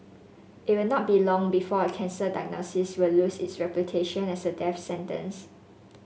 it will not be long before a cancer diagnosis will lose its reputation as a death sentence